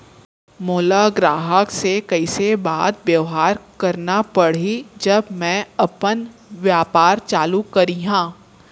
मोला ग्राहक से कइसे बात बेवहार करना पड़ही जब मैं अपन व्यापार चालू करिहा?